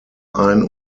ein